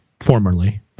Formerly